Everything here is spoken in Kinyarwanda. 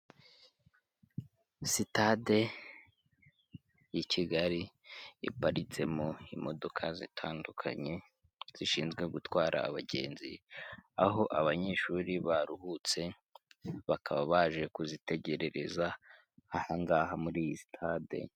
Sitade y'i Kigali iparitsemo imodoka zitandukanye zishinzwe gutwara abagenzi, aho abanyeshuri baruhutse bakaba baje kuzitegerereza aha ngaha muri iyi sitade.